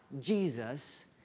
Jesus